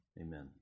amen